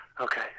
Okay